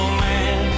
man